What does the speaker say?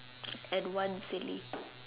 and one silly